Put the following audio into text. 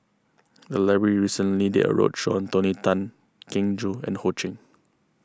the library recently did a roadshow on Tony Tan Keng Joo and Ho Ching